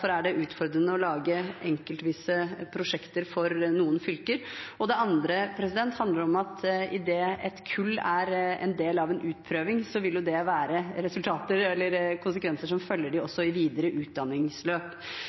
det utfordrende å lage enkeltvise prosjekter for noen fylker. Det andre handler om at idet et kull er en del av en utprøving, vil det ha konsekvenser som følger